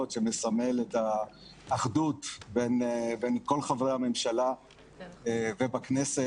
שמסמל את האחדות בין כל חברי הממשלה ובכנסת,